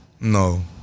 No